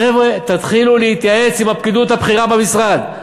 חבר'ה, תתחילו להתייעץ עם הפקידות הבכירה במשרד.